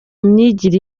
myigire